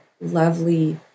lovely